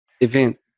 event